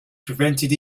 prevented